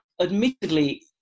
admittedly